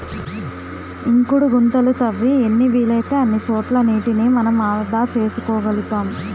ఇంకుడు గుంతలు తవ్వి ఎన్ని వీలైతే అన్ని చోట్ల నీటిని మనం ఆదా చేసుకోగలుతాం